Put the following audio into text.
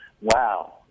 Wow